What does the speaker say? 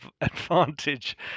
advantage